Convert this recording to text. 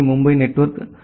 D Mumbai network I